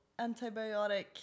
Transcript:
antibiotic